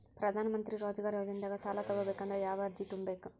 ಪ್ರಧಾನಮಂತ್ರಿ ರೋಜಗಾರ್ ಯೋಜನೆದಾಗ ಸಾಲ ತೊಗೋಬೇಕಂದ್ರ ಯಾವ ಅರ್ಜಿ ತುಂಬೇಕು?